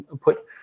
put